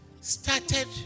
started